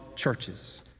churches